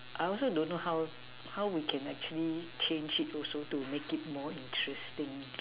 I also don't know how how we can actually change it also to make it more interesting